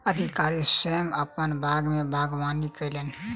अधिकारी स्वयं अपन बाग में बागवानी कयलैन